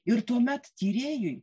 ir tuomet tyrėjui